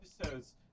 episodes